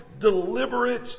deliberate